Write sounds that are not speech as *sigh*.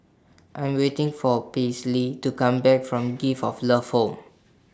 I'm waiting For Paisley to Come Back from *noise* Gift of Love Home